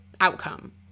outcome